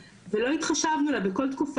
15 שבועות ולא ניכינו עליהם,